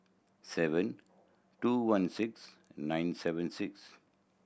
seven two one six nine seven six